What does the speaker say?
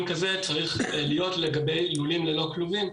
כזה צריך להיות לגבי לולים ללא כלובים,